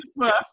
First